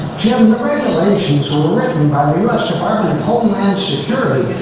jim the regulations were written by the us department of homeland security